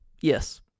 Yes